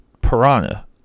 Piranha